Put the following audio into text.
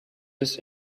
this